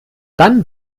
dann